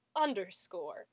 Underscore